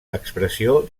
expressió